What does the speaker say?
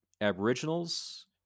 aboriginals